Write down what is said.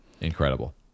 Incredible